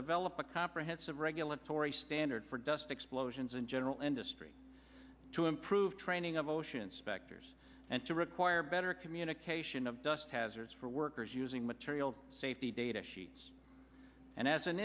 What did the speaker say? develop a comprehensive regulatory standard for dust explosions and general industry to improve training of ocean inspectors and to require better communication of dust hazards for workers using material safety data sheets and as an